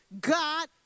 God